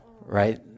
right